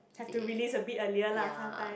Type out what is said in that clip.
have to release a bit earlier lah sometime